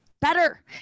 better